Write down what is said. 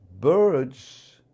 Birds